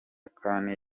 kane